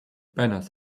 banners